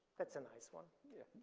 that's a nice one. yeah.